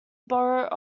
borough